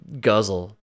guzzle